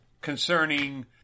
concerning